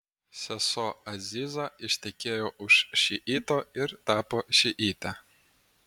sesuo aziza ištekėjo už šiito ir tapo šiite